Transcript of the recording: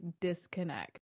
disconnect